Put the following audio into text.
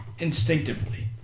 Instinctively